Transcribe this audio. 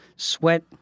Sweat